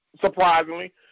surprisingly